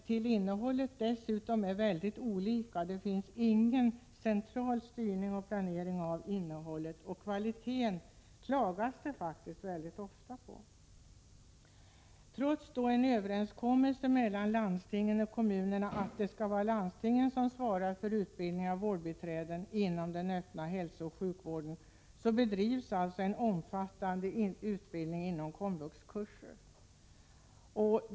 Kurserna är dessutom väldigt olika till innehållet, eftersom det inte finns någon central styrning av innehåll och planering. Det klagas faktiskt ofta på kvaliteten i dessa utbildningar. Trots att det finns en överenskommelse mellan landstingen och kommunerna om att landstingen skall svara för utbildningen av vårdbiträden inom den öppna hälsooch sjukvården bedrivs alltså en omfattande utbildning inom komvux.